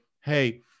hey